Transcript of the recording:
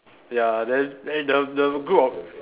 ya then then the the group of